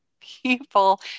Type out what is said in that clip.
people